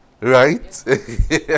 Right